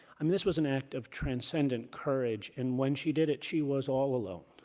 um this was an act of transcendent courage. and when she did it, she was all alone.